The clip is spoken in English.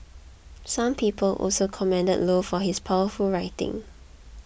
some people also commended low for his powerful writing